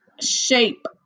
shape